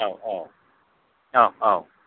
औ औ औ औ